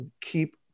keep